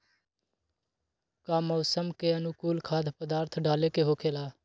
का मौसम के अनुकूल खाद्य पदार्थ डाले के होखेला?